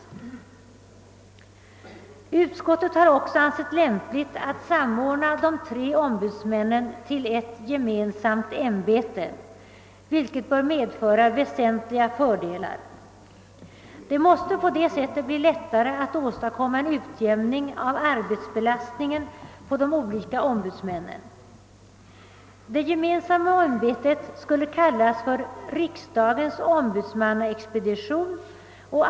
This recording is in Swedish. Utskottet har gjort ett tydligt uttalande, till den verkan det hava kan, i klart medvetande om att det på sina håll uppstått en viss oro.